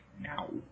now